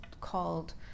called